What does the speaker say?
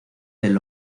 del